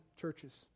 churches